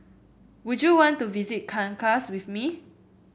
would you want to visit Caracas with me